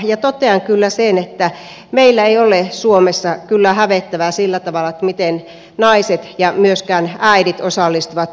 totean sen että meillä ei ole suomessa kyllä hävettävää siinä miten naiset ja myöskin äidit osallistuvat työhön